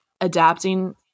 adapting